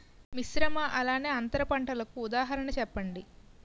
మిశ్రమ అలానే అంతర పంటలకు ఉదాహరణ చెప్పండి?